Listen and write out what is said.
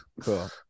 Cool